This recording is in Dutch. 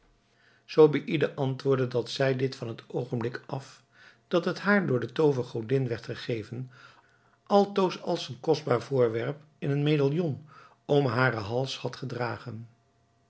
zobeïde antwoordde dat zij dit van het oogenblik af dat het haar door de toovergodin werd gegeven altoos als een kostbaar voorwerp in een medaillon om haren hals had gedragen